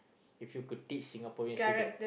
if you could teach Singaporean student